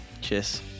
Cheers